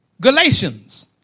Galatians